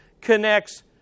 connects